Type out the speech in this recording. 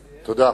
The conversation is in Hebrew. תודה.